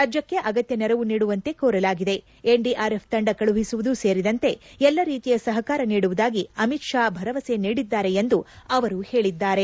ರಾಜ್ಯಕ್ಕೆ ಅಗತ್ಯ ನೆರವು ನೀಡುವಂತೆ ಕೋರಲಾಗಿದೆ ಎನ್ಡಿಆರ್ಎಫ್ ತಂದ ಕಳುಹಿಸುವುದೂ ಸೇರಿದಂತೆ ಎಲ್ಲ ರೀತಿಯ ಸಹಕಾರ ನೀಡುವುದಾಗಿ ಅಮಿತ್ ಶಾ ಭರವಸೆ ನೀಡಿದ್ದಾರೆ ಎಂದು ಹೇಳಿದ್ದಾರೆ